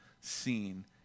seen